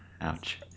Ouch